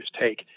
take